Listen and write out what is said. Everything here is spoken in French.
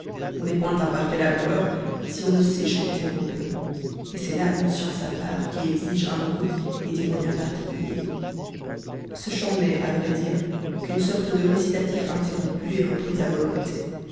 on n'est point un parfait laboureur si on ne sait chanter aux bufs et c'est là une science à part qui exige un goût et des moyens particuliers ce chant n'est à vrai dire qu'une sorte de récitatif interrompu et repris à volonté